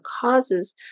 causes